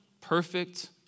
perfect